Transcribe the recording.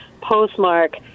postmark